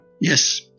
Yes